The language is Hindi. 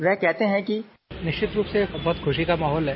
वह कहते हैं कि बाइट निश्चित रूप से बहुत खुशी का माहौल है